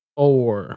four